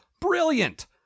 Brilliant